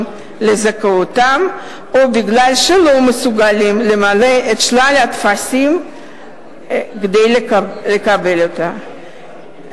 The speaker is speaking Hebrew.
לזכאותם או מפני שהם לא מסוגלים למלא את שלל הטפסים כדי לקבל אותה,